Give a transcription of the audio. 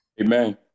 Amen